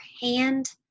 hand